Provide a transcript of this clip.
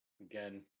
Again